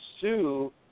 sue